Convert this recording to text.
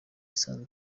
isanzwe